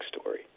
story